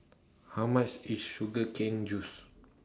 How much IS Sugar Cane Juice